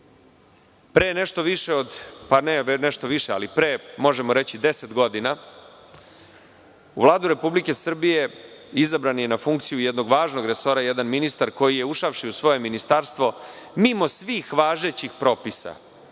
Pre nešto više, pa ne nešto više, ali pre možemo reći 10 godina, u Vladu Republike Srbije izabran je na funkciju jednog važnog resora jedan ministar koji je ušavši u svoje ministarstvo, mimo svih važećih propisa